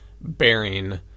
bearing